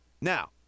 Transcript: Now